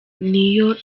niyo